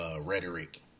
rhetoric